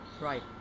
Right